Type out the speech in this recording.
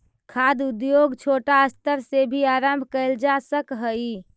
खाद्य उद्योग छोटा स्तर से भी आरंभ कैल जा सक हइ